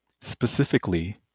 Specifically